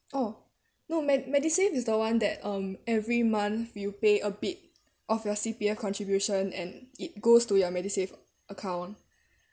oh no me~ MediSave is the one that um every month you pay a bit of your C_P_F contribution and it goes to your MediSave account